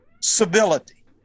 civility